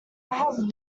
have